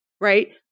right